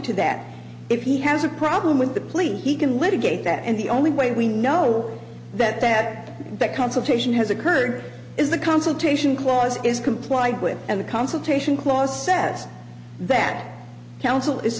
to that if he has a problem with the police he can litigate that and the only way we know that that that consultation has occurred is the consultation clause is complied with and the consultation clause says that counsel